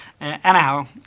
Anyhow